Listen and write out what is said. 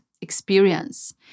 experience